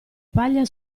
paglia